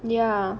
ya